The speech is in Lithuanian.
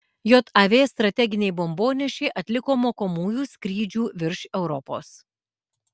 jav strateginiai bombonešiai atliko mokomųjų skrydžių virš europos